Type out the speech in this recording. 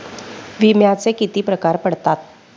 विम्याचे किती प्रकार पडतात?